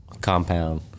compound